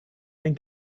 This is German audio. ein